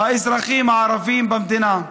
האזרחים הערבים במדינה.